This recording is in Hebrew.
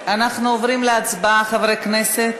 אנחנו עוברים להצבעה, חברי הכנסת.